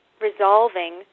resolving